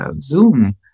Zoom